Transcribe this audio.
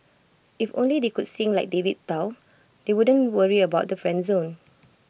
if only they could sing like David Tao they wouldn't worry about the friend zone